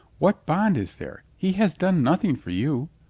what bond is there? he has done nothing for you.